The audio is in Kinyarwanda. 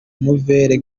nouvelle